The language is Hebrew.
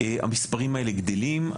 המספרים האלה גדלים.